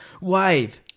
wave